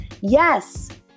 Yes